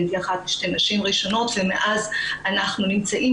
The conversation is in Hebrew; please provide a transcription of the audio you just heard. הייתי אחת משתי נשים ראשונות ומאז אנחנו נמצאים